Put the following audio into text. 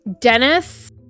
Dennis